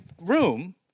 room